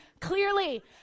clearly